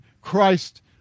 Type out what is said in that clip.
Christ